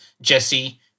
Jesse